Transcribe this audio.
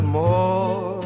more